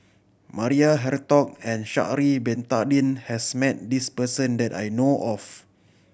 Maria Hertogh and Sha'ari Bin Tadin has met this person that I know of